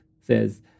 says